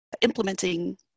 implementing